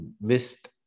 missed